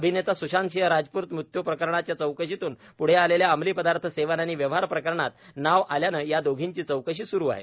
अभिनेता स्शांतसिंह राजपूत मृत्यू प्रकरणाच्या चौकशीतून प्ढे आलेल्या अंमली पदार्थ सेवन आणि व्यवहार प्रकरणात नावं आल्यानं या दोघींची चौकशी स्रू आहे